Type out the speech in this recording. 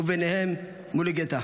ובהם מולוגטה.